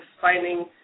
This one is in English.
finding